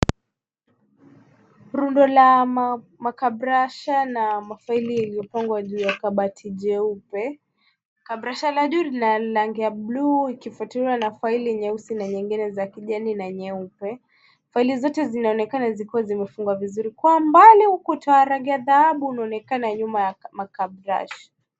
Rundo la makabrasha na mafaili yaliyopangwa juu ya kabati jeupe. Kabrasha la juu lina rangi ya bluu ikifuatiliwa na la rangi nyeusi na zingine za kijani na nyeupe. Faili zote zinaonekena zikiwa zimefungwa vizuri. Kwa umbali ukuta wa rangi ya dhahabu unaonekana nyuma ya makabrasha.